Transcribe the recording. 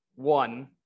One